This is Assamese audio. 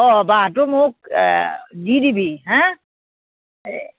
অঁ বাঁহটো মোক দি দিবি হাঁ